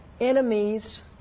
enemies